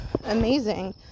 amazing